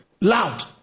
loud